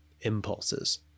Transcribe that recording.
impulses